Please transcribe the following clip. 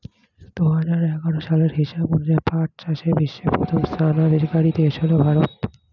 দুহাজার এগারো সালের হিসাব অনুযায়ী পাট চাষে বিশ্বে প্রথম স্থানাধিকারী দেশ হল ভারত